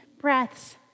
breaths